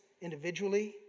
individually